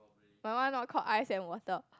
my one not call ice and water